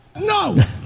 No